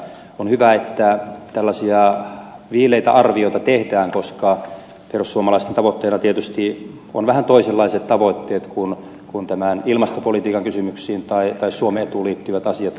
on hyvä että tällaisia viileitä arvioita tehdään koska perussuomalaisten tavoitteina tietysti ovat vähän toisenlaiset tavoitteet kuin tämän ilmastopolitiikan kysymyksiin tai suomen etuun liittyvät asiat